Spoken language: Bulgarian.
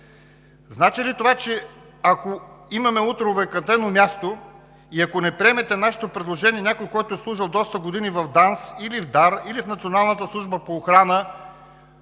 Значи ли това, че ако утре имаме овакантено място и ако не приемете нашето предложение, някой с доста години в ДАНС или в ДАР, или в Националната служба по охрана,